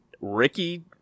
Ricky